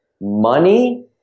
money